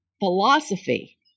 philosophy